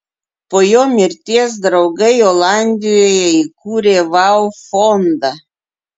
po jo mirties draugai olandijoje įkūrė vau fondą